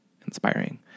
inspiring